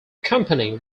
company